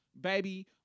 baby